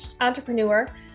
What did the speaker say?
entrepreneur